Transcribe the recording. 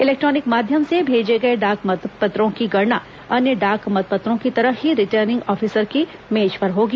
electronic माध्यम से भेजे गए डाक मतपत्रों की गणना अन्य डाक मतपत्रों की तरह ही रिटर्निंग ऑफिसर की मेज पर होगी